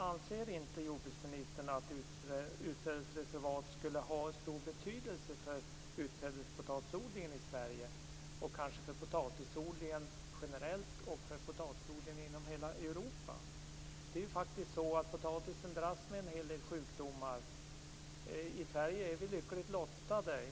Anser inte jordbruksministern att utsädesreservat skulle ha stor betydelse för utsädespotatisodlingen i Sverige, och kanske för potatisodlingen generellt och för potatisodlingen inom hela Europa? Det är faktiskt så att potatisen dras med den hel del sjukdomar. I Sverige är vi lyckligt lottade.